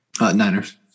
Niners